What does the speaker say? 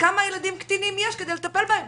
כמה ילדים קטינים יש, כדי לטפל בהם.